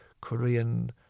Korean